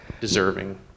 deserving